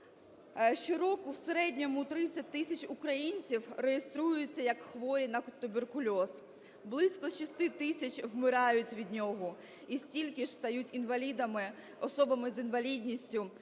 Щороку в середньому 30 тисяч українців реєструються як хворі на туберкульоз, близько 6 тисяч вмирають від нього і стільки ж стають інвалідами, особами з інвалідністю